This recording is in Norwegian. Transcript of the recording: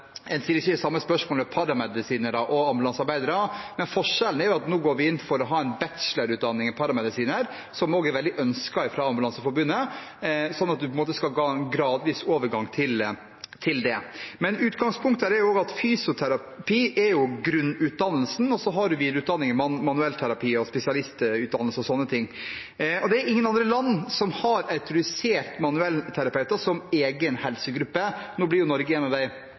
nå går vi inn for en bachelorutdanning i paramedisin, som også er veldig ønsket fra Ambulanseforbundet, og en skal på en måte ha en gradvis overgang til det. Utgangspunktet her er at fysioterapi er grunnutdanningen, og så har en videreutdanning i manuellterapi og som spesialist og sånt. Det er ingen andre land som har autorisert manuellterapeuter som egen helsegruppe. Nå blir Norge